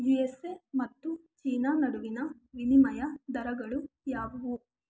you S A ಮತ್ತು China ನಡುವಿನ ವಿನಿಮಯ ದರಗಳು ಯಾವುವು